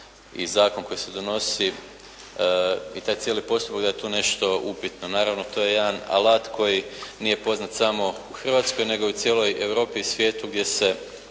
i zakon koji se donosi i taj cijeli postupak da je tu nešto upitno. Naravno to je jedan alat koji nije poznat samo u Hrvatskoj nego i u cijeloj Europi i svijetu gdje se